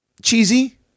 Cheesy